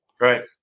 Right